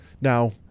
Now